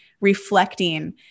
reflecting